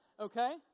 Okay